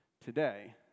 today